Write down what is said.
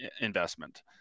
investment